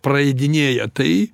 praeidinėja tai